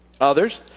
Others